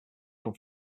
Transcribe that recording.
come